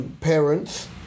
parents